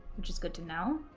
which is good to know,